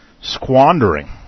squandering